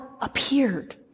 appeared